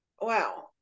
Wow